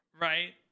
Right